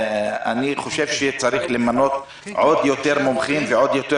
אני חושב שצריך למנות עוד יותר מומחים ועוד יותר